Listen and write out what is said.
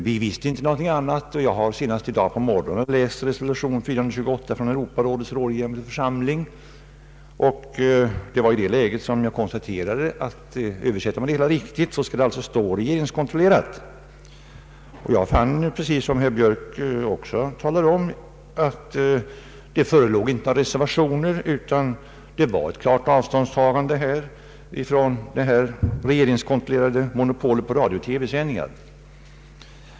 Det var först i dag på morgonen som jag fick se texten till resolution 428 från Europarådets rådgivande församling, och det var då jag konstaterade att om man översätter riktigt så skall det i vår partimotion stå ”regeringskontrollerad”. Jag fann, som herr Björk också talade om, att det i Europarådet inte förelåg några reservationer, utan det var ett klart avståndstagande från tanken på regeringskontrollerat monopol på radiooch TV sändningar.